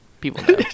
People